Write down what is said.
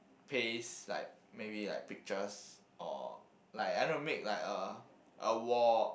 paste like maybe like pictures or like I don't know like make like a a wall